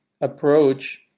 approach